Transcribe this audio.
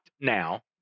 now